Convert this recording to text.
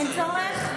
אין צורך?